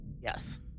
Yes